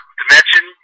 dimension